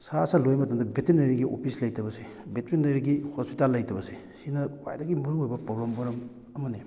ꯁꯥ ꯁꯟ ꯂꯣꯏꯕ ꯃꯇꯝꯗ ꯕꯦꯇꯦꯅꯔꯤꯒꯤ ꯑꯣꯐꯤꯁ ꯂꯩꯇꯕꯁꯦ ꯕꯦꯇꯦꯅꯔꯤꯒꯤ ꯍꯣꯏꯄꯤꯇꯥꯜ ꯂꯩꯇꯕꯁꯦ ꯁꯤꯅ ꯈ꯭ꯋꯥꯏꯗꯒꯤ ꯃꯔꯨ ꯑꯣꯏꯕ ꯄ꯭ꯔꯣꯕ꯭ꯂꯦꯝ ꯃꯔꯝ ꯑꯃꯅꯤ